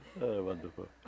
Wonderful